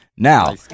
Now